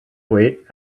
wait